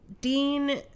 Dean